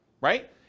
right